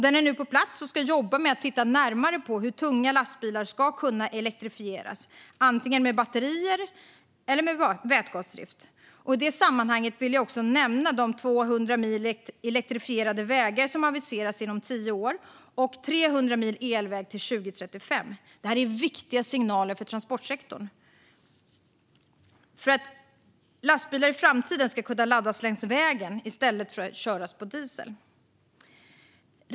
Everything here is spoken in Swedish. Den är nu på plats och ska jobba med att titta närmare på hur tunga lastbilar ska elektrifieras antingen med batterier eller med vätgasdrift. I sammanhanget vill jag också nämna de 200 mil elektrifierade vägar som aviseras inom tio år och 300 mil elväg till 2035. Det är viktiga signaler för transportsektorn. Lastbilar ska i framtiden kunna laddas längs vägen i stället för att köras på diesel.